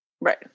Right